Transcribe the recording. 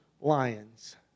lions